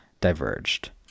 diverged